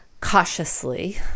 cautiously